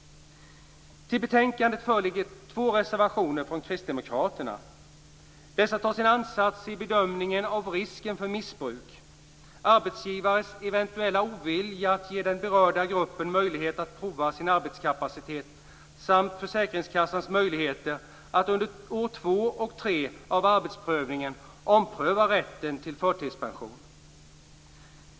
Till betänkandet föreligger två reservationer från kristdemokraterna. Dessa tar sin ansats i bedömningen av risken för missbruk, arbetsgivares eventuella ovilja att ge den berörda gruppen möjlighet att prova sin arbetskapacitet samt försäkringskassans möjligheter att under år 2 och 3 av arbetsprövningen ompröva rätten till förtidspension.